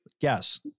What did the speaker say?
Yes